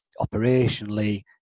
operationally